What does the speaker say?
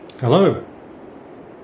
Hello